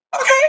okay